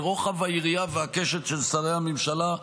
לרוחב היריעה והקשת של שרי הממשלה,